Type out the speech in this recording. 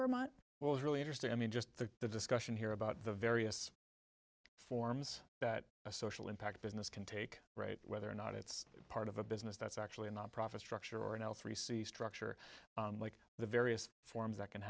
vermont was really interesting i mean just the discussion here about the various forms that a social impact business can take right whether or not it's part of a business that's actually a nonprofit structure or an l three c structure like the various forms that can